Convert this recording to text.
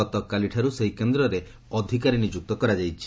ଗତକାଲିଠାରୁ ସେହି କେନ୍ଦ୍ରରେ ଅଧିକାରୀ ନିଯୁକ୍ତ କରାଯାଇଛି